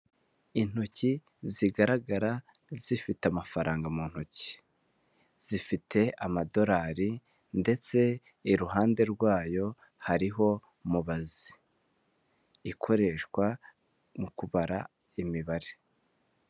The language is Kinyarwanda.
Intoki zigaragara zifite amafaranga mu ntoki. Zifite amadolari ndetse iruhande rwayo hariho mubazi ikoreshwa mu kubara imibare.